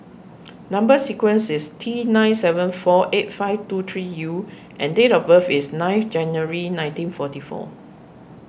Number Sequence is T nine seven four eight five two three U and date of birth is ninth January nineteen forty four